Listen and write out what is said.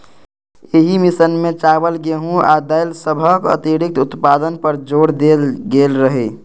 एहि मिशन मे चावल, गेहूं आ दालि सभक अतिरिक्त उत्पादन पर जोर देल गेल रहै